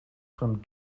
from